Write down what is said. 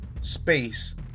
Space